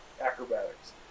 Acrobatics